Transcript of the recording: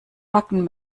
backen